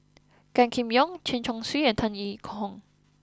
Gan Kim Yong Chen Chong Swee and Tan Yee Hong